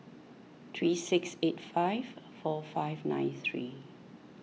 three six eight five four five nine three